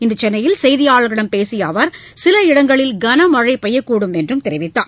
இன்று சென்னையில் செய்தியாளர்களிடம் பேசிய அவர் சில இடங்களில் கனமழை பெய்யக்கூடும் என்றும் தெரிவித்தார்